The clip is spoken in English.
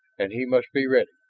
and he must be ready.